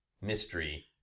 mystery